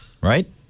Right